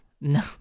no